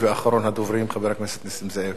ואחרון הדוברים, חבר הכנסת נסים זאב.